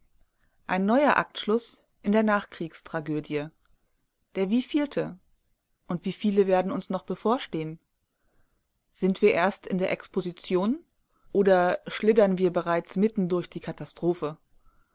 ein neuer aktschluß in der nachkriegstragödie der wievielte und wieviele werden uns noch bevorstehen sind wir erst in der exposition oder schliddern wir bereits mitten durch die katastrophe